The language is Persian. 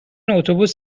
اتوبوس